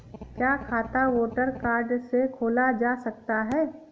क्या खाता voter card से खोला जा सकता है?